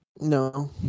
No